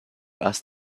asked